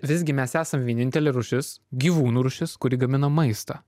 visgi mes esam vienintelė rūšis gyvūnų rūšis kuri gamina maistą